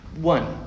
one